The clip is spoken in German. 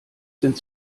sind